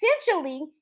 essentially